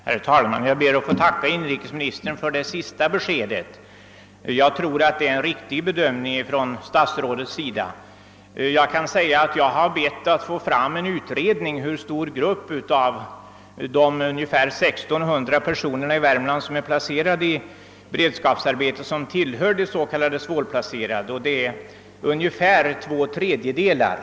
Herr talman! Jag ber att få tacka inrikesministern för det senaste beskedet; jag tror att hans bedömning är riktig. Jag har fått fram en utredning om hur stor grupp av de omkring 1600 personer i Värmland, vilka är placerade i beredskapsarbeten, som tillhör de s.k. svårplacerade; det är ungefär två tredjedelar.